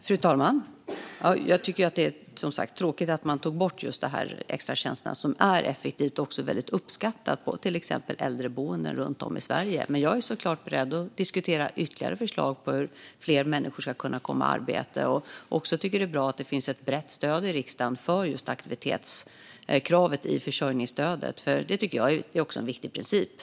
Fru talman! Jag tycker som sagt att det är tråkigt att man tog bort extratjänsterna, som är effektiva och även väldigt uppskattade, till exempel på äldreboenden runt om i Sverige. Men jag är såklart beredd att diskutera ytterligare förslag på hur fler människor ska kunna komma i arbete. Jag tycker att det är bra att det finns ett brett stöd i riksdagen för aktivitetskravet i försörjningsstödet. Det tycker jag är en viktig princip.